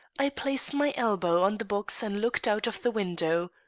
i placed my elbow on the box and looked out of the window.